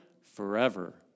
forever